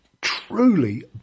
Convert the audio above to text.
truly